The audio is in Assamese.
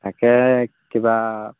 তাকেহে কিবা